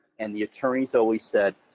and the attorneys always said,